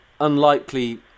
Unlikely